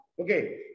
Okay